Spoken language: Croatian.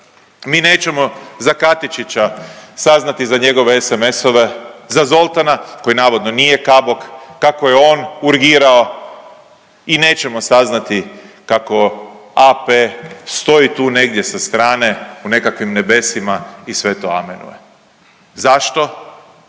mi nećemo za Katičića saznati za njegove SMS-ove, za Zoltana, koji navodno nije Kabok, kako je on urgirao i nećemo saznati kako AP stoji tu negdje sa strane u nekakvim nebesima i sve to amenuje. Zašto?